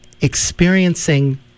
experiencing